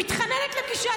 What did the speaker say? מתחננת לפגישה.